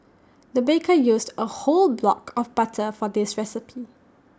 the baker used A whole block of butter for this recipe